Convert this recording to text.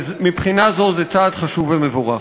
ומבחינה זו זה צעד חשוב ומבורך.